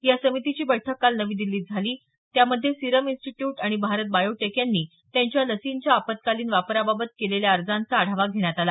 या समितीची बैठक काल नवी दिल्लीत झाली त्यामध्ये सिरम इन्स्टिट्यूट आणि भारत बायोटेक यांनी त्यांच्या लशींच्या आपत्कालीन वापराबाबत केलेल्या अर्जांचा आढावा घेण्यात आला